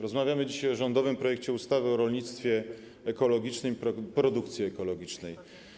Rozmawiamy dzisiaj o rządowym projekcie ustawy o rolnictwie ekologicznym i produkcji ekologicznej.